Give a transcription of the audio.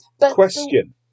question